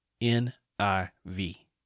N-I-V